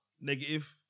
negative